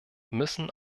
müssen